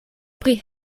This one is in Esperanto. pri